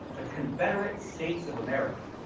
the confederate states of america.